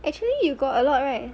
actually you got a lot right